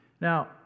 Now